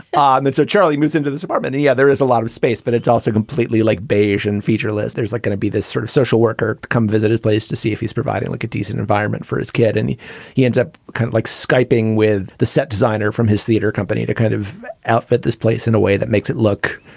ah and and so charlie moved into this apartment. and yeah, there is a lot of space, but it's also completely like beige and featureless. there's like going to be this sort of social worker come visit his place to see if he's providing like a decent environment for his kid. and he he ends up kind of like skyping with the set designer from his theater company to kind of outfit this place in a way that makes it look,